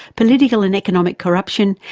political and economic corruption,